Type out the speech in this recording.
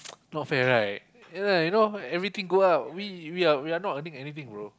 not fair right ya lah you know everything go up we we are we are not earning anything bro